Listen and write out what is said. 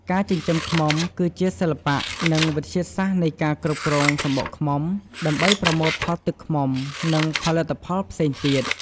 ការចិញ្ចឹមឃ្មុំ គឺជាសិល្បៈ និងវិទ្យាសាស្ត្រនៃការគ្រប់គ្រងសំបុកឃ្មុំ ដើម្បីប្រមូលផលទឹកឃ្មុំ និងផលិតផលផ្សេងទៀត។